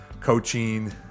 coaching